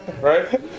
Right